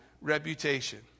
reputation